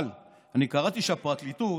אבל אני קראתי שהפרקליטות,